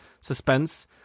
suspense